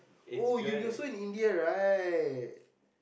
oh you will also in India right